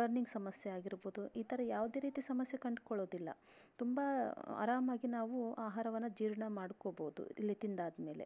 burning ಸಮಸ್ಯೆ ಆಗಿರ್ಬೋದು ಈ ಥರ ಯಾವುದೇ ರೀತಿ ಸಮಸ್ಯೆ ಕಂಡ್ಕೊಳ್ಳೋದಿಲ್ಲ ತುಂಬ ಆರಾಮಾಗಿ ನಾವು ಆಹಾರವನ್ನು ಜೀರ್ಣ ಮಾಡ್ಕೊಬೋದು ಇಲ್ಲಿ ತಿಂದಾದ್ಮೇಲೆ